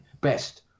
Best